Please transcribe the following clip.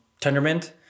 Tendermint